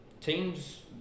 teams